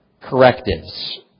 correctives